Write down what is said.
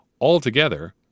Altogether